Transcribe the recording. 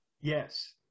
Yes